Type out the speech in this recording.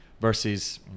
Versus